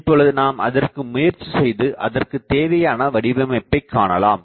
இப்போழுது நாம் அதற்கு முயற்சி செய்து அதற்குத் தேவையான வடிவமைப்பைக் காணலாம்